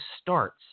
starts